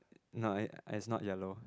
no it's not yellow